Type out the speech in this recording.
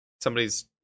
Somebody's